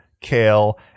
kale